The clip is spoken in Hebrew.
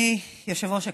אדוני יושב-ראש הישיבה,